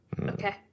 Okay